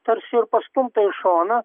tarsi ir pastumta į šoną